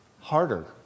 harder